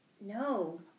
No